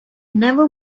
never